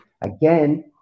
Again